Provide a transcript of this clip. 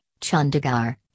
Chandigarh